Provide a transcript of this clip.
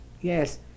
Yes